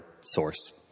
source